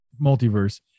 multiverse